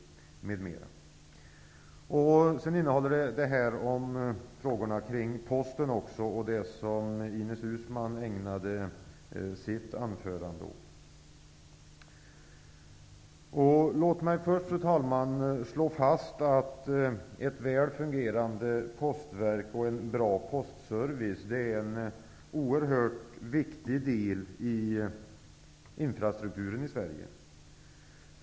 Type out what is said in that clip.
Slutligen innehåller det vissa frågor om Posten, det som Ines Uusmann ägnade sitt anförande åt. Låt mig först, fru talman, slå fast att ett väl fungerande postverk och en bra postservice är en oerhört viktig del av infrastrukturen i Sverige.